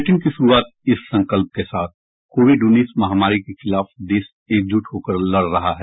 bulletin की शुरूआत इस संकल्प के साथ कोविड उन्नीस महामारी के खिलाफ देश एकजुट होकर लड़ रहा है